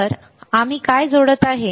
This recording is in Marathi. तर आम्ही काय जोडत आहोत